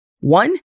One